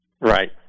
Right